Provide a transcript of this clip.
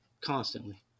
constantly